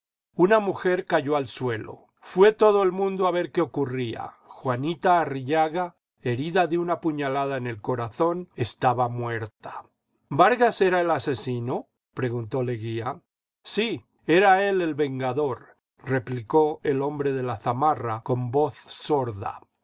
una mujer cayó al suelo fué todo el mundo a ver qué ocurría juanita arrillaga herida de una puñalada en el corazón estaba muerta ivargas era el asesino preguntó leguía sí era él el vengador replicó el hombre de la zamarra con voz sorda